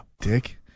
Dick